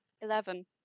eleven